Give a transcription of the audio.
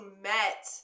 met